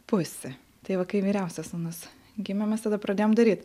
pusė tai va kai vyriausias sūnus gimė mes tada pradėjome daryti